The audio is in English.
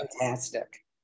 Fantastic